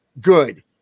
Good